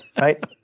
Right